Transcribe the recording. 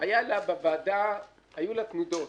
בוועדה היו תנודות.